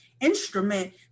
instrument